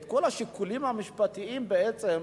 את כל השיקולים המשפטיים בעצם,